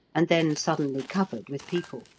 and then suddenly covered with people.